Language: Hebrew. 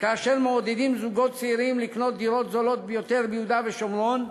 וכאשר מעודדים זוגות צעירים לקנות דירות זולות ביותר ביהודה ושומרון,